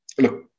look